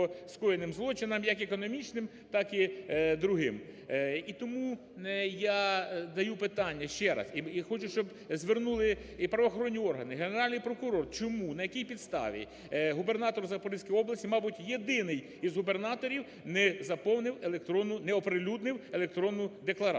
злочинам, як економічним так і іншим. І тому я даю питання ще раз, і хочу, щоб звернули і правоохоронні органи, Генеральний прокурор, чому, на якій підставі губернатор в Запорізькій області, мабуть, єдиний із губернаторів не заповнив електронну, не оприлюднив електронну декларацію,